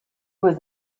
was